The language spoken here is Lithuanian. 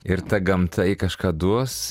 ir ta gamta ji kažką duos